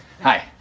hi